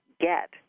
get